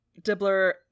Dibbler